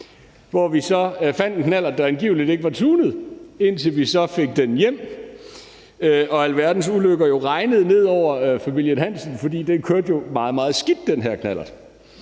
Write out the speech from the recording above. hvor vi så fandt en knallert, der angiveligt ikke var tunet, indtil vi så fik den hjem og alverdens ulykker regnede ned over familien Hansen, fordi den her knallert jo kørte meget, meget skidt. Så jeg kørte